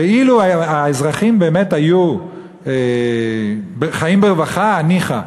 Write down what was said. אילו האזרחים היו חיים באמת ברווחה, ניחא,